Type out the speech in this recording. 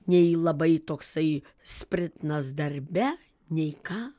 nei labai toksai spritnas darbe nei ką